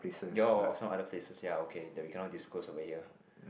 your of some other places ya okay that we cannot disclose over here